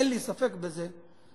אין לי ספק בזה,